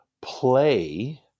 play